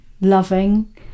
loving